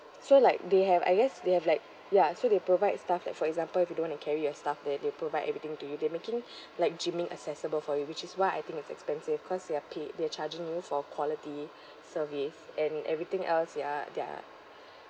so like they have I guess they have like ya so they provide stuff like for example if you don't want a carry your stuff there they provide everything to you they're making like gyming accessible for you which is why I think it's expensive cause they're paid they're charging you for quality service and everything else ya their